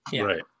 Right